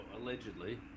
Allegedly